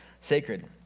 sacred